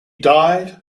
died